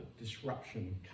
disruption